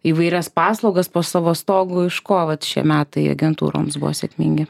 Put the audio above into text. įvairias paslaugas po savo stogu iš ko vat šie metai agentūroms buvo sėkmingi